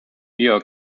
york